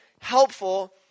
helpful